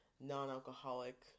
non-alcoholic